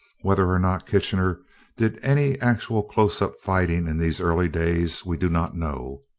whether or not kitchener did any actual close-up fighting in these early days we do not know.